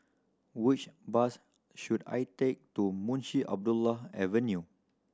which bus should I take to Munshi Abdullah Avenue